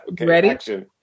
Ready